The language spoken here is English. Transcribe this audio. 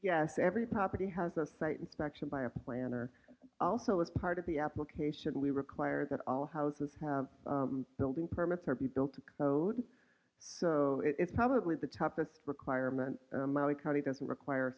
yes every property has a site inspection by a planner also as part of the application we require that all houses have building permits or be built to code so it's probably the toughest requirement maui county doesn't require